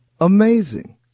Amazing